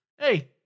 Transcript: hey